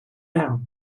down